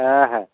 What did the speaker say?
হ্যাঁ হ্যাঁ